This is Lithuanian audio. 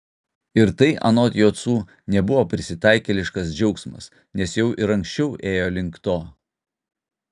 ir tai anot jocų nebuvo prisitaikėliškas džiaugsmas nes jau ir anksčiau ėjo link to